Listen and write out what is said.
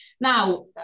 Now